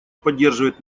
поддерживает